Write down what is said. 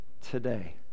today